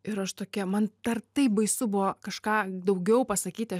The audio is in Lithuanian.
ir aš tokia man dar taip baisu buvo kažką daugiau pasakyti